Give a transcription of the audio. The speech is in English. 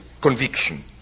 conviction